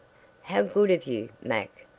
how good of you, mac.